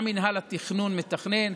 מה מינהל התכנון מתכנן,